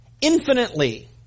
Infinitely